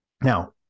Now